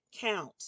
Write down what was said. count